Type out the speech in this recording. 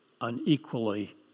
unequally